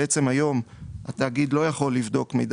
בעצם היום התאגיד לא יכול לבדוק מידע